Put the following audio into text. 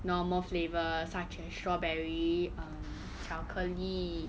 normal flavours such as strawberry err 巧克力